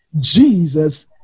Jesus